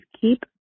keep